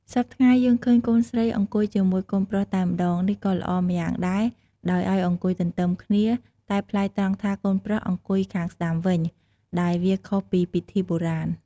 សព្វថ្ងៃ យើងឃើញកូនស្រីអង្គុយជាមួយកូនប្រុសតែម្តង នេះក៏ល្អម្យ៉ាងដែរដោយឲ្យអង្គុយទន្ទឹមគ្នា តែប្លែកត្រង់ថាកូនប្រុសអង្គុយខាងស្តាំវិញ ដែលវាខុសពីពិធីបុរាណ ។